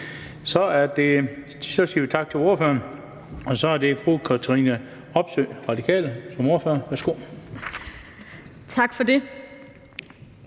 Så siger vi tak til ordføreren, og så er det fru Katrine Robsøe, Radikale, som ordfører.